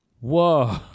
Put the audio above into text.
Whoa